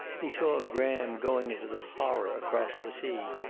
he saw graham going into the horror across the sea.